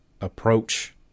approach